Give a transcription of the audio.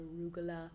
arugula